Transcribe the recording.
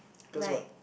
cause what